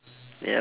yup